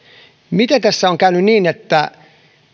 miten tässä on käynyt niin että